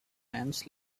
ants